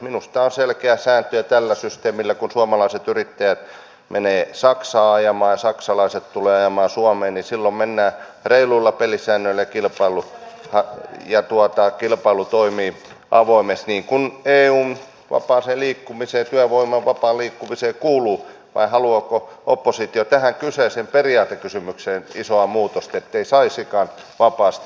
minusta tämä on selkeä sääntö ja tällä systeemillä kun suomalaiset yrittäjät menevät saksaan ajamaan ja saksalaiset tulevat ajamaan suomeen niin silloin mennään reiluilla pelisäännöillä ja kilpailu toimii avoimesti niin kuin eun työvoiman vapaaseen liikkumiseen kuuluu vai haluaako oppositio tähän kyseiseen periaatekysymykseen isoa muutosta ettei saisikaan vapaasti liikkua